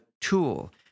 tool